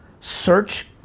search